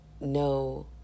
no